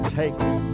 takes